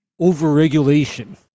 overregulation